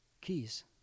keys